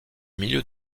milieu